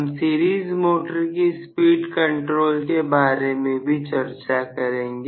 हम series motor की speed control के बारे में भी चर्चा करेंगे